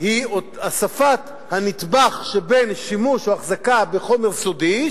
היא הוספת הנדבך בין שימוש או החזקה בחומר סודי,